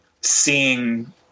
Seeing